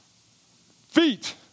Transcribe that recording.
Feet